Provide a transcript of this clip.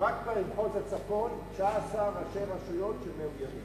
רק במחוז הצפון יש 19 ראשי רשויות מאוימים.